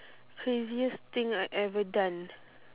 craziest thing I ever done